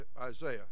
Isaiah